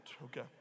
Okay